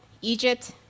Egypt